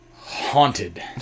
haunted